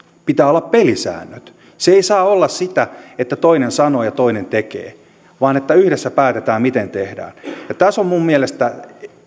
pitää olla pelisäännöt se ei saa olla sitä että toinen sanoo ja toinen tekee vaan että yhdessä päätetään miten tehdään tässä on minun mielestäni